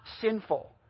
sinful